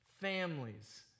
families